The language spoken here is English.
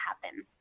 happen